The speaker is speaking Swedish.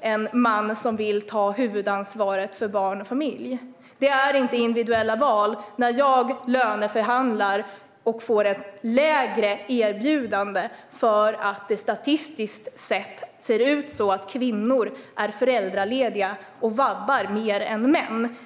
en man som vill ta huvudansvaret för barn och familj? Det är inte individuella val när jag löneförhandlar och får ett lägre erbjudande för att det statistiskt sett ser ut så att kvinnor är föräldralediga och vabbar mer än män.